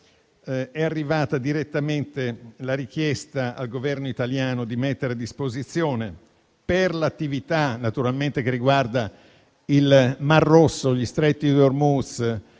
è arrivata direttamente la richiesta al Governo italiano di mettere a disposizione, per l'attività che riguarda il Mar Rosso, lo stretto di Hormuz